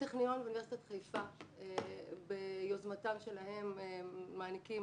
הטכניון ואוניברסיטת חיפה ביוזמתן שלהן מעניקים